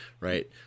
Right